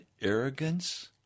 arrogance